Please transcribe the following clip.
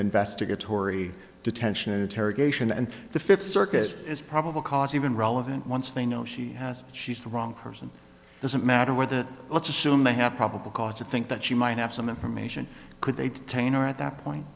investigatory detention and interrogation and the fifth circuit is probable cause even relevant once they know she has she's the wrong person doesn't matter where the let's assume they have probable cause to think that she might have some information could they detain or at that point